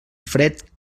fred